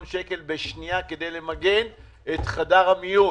שקל בשנייה כדי למגן את חדר המיון.